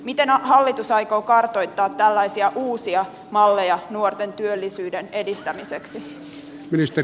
miten hallitus aikoo kartoittaa tällaisia uusia malleja nuorten työllisyyden edistämiseksi